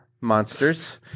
monsters